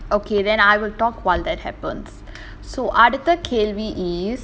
okay then I will talk while that happens so ஆமா நீ பேசு அடுத்த கேள்வி:aamaa nee pesu adutha kelvi is